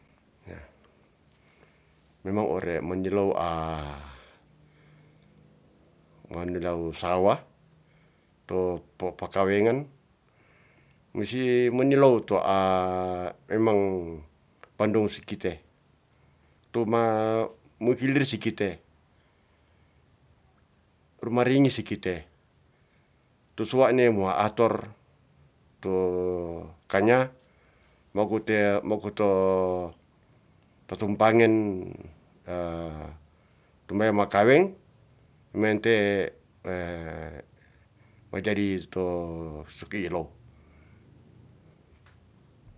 Memang ore meliow manilow sawah to popaka wengen, mesi menilow to memang pandung si kite. Tu ma, mufilir sikite, rumaringis si kite, tu suwa'ne wa ator to kanya makute, makoto tatumpangen tu maya ma kaweng mente ma jadi to sepi low